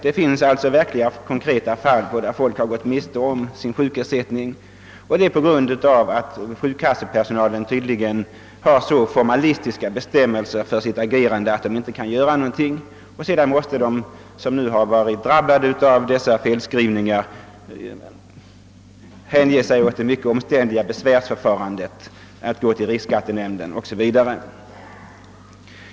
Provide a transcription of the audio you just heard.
Det finns alltså konkreta fall där folk gått miste om sin sjukersättning på grund av att sjukkassepersonalen tydligen har så formalistiska instruktioner för sitt agerande att de inte kan handla på annat sätt. De som gör felskrivningar tvingas under nuvarande förhållanden tillgripa det mycket omständliga besvärsförfarandet, vända sig till riksskattenämnden 0. s. v.